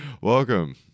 Welcome